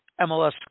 MLS